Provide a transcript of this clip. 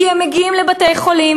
כי הם מגיעים לבתי-חולים,